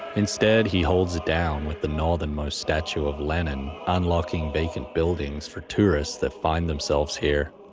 instead, he holds it down with the northernmost statue of lenin, unlocking vacant buildings for tourists that find themselves here.